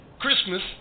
Christmas